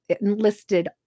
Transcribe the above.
enlisted